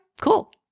cool